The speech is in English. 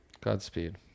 Godspeed